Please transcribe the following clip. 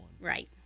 Right